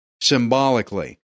symbolically